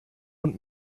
und